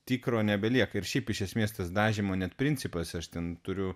tikro nebelieka ir šiaip iš esmės tas dažymo net principas aš ten turiu